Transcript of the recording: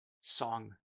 song